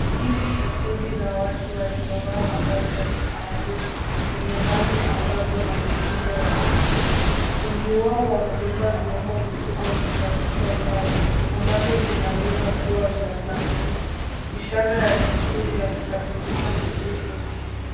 Hili ni kundi la watu waliovaa mavazi ya kitamaduni yenye rangi angavu na mitindo ya kipekee. Wengi wao wamebeba vyombo vikubwa juu ya vichwa vyao ambavyo vinaweza kuwa vya plastiki ishara ya desturi ya kusafirisha mizigo.